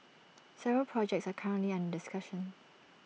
several projects are currently under discussion